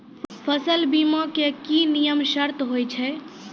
फसल बीमा के की नियम सर्त होय छै?